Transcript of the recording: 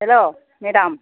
hello madam